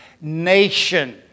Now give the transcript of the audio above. nation